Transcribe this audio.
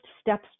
steps